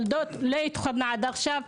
הילדות לא התחתנו עד עכשיו,